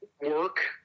work